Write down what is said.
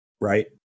right